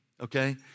okay